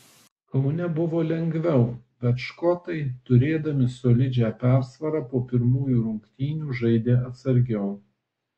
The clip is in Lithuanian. kaune buvo lengviau bet škotai turėdami solidžią persvarą po pirmųjų rungtynių žaidė atsargiau